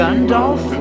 Gandalf